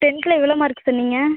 டென்த்தில் எவ்வளோ மார்க் சொன்னீங்க